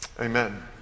amen